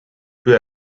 peu